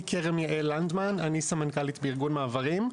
אני סמנכ"לית בארגון מעברים.